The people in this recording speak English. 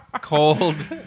cold